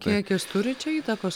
kiekis turi čia įtakos